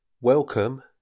Welcome